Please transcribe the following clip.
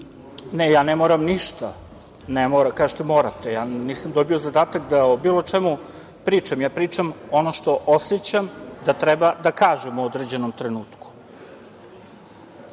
Ne, ja ne moram. Ništa ne moram, kažete – morate. Nisam dobio zadatak da o bilo čemu pričam. Ja pričam ono što osećam da treba da kažem u određenom trenutku. Hoćemo